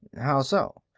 how so?